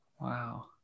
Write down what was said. wow